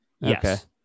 yes